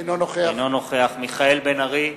אינו נוכח מיכאל בן-ארי,